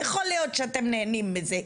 יכול להיות שאתם נהנים מזה.